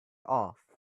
off